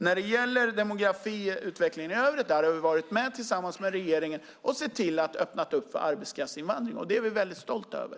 När det gäller demografiutvecklingen har vi tillsammans med regeringen sett till att öppna för arbetskraftsinvandring. Det är vi väldigt stolta över.